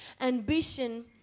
ambition